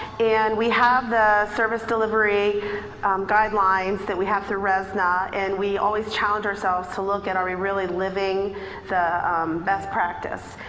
and we have the service delivery guidelines that we have through resna. and we always challenge ourselves to look at are we really living the best practice?